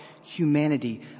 humanity